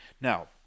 Now